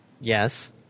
Yes